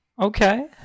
Okay